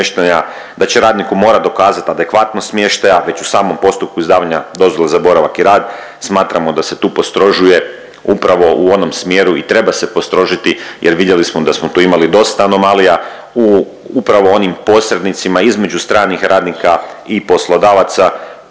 da će radniku morat dokazati adekvatnost smještaja već u samom postupku izdavanja dozvole za boravak i rad. Smatramo da se tu postrožuje upravo u onom smjeru i treba se postrožiti jer vidjeli smo da smo tu imali dosta anomalija u upravo onim posrednicima između stranih radnika i poslodavaca